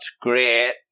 great